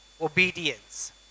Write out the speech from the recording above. obedience